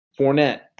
Fournette